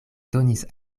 donis